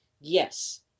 yes